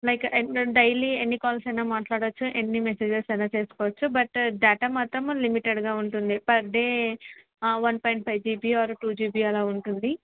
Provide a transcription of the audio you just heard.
like a daily ఎన్ని calls అయినా మాట్లాడచ్చు ఎన్ని మెసేజెస్ అనా చేసుకోవచ్చు బట్ డేటా మాత్రం లిమిటెడ్గా ఉంటుంది per day one point five GB or two GB అలా ఉంటుంది